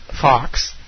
Fox